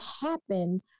happen